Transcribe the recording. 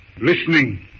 listening